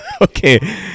Okay